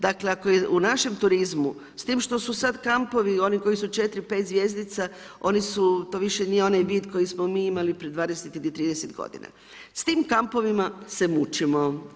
Dakle ako je u našem turizmu, s tim što su sad kampovi oni koji su 4, 5 zvjezdica, to više nije onaj vid koji smo mi imali prije 20 ili 30 godina, s tim kampovima se mučimo.